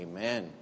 Amen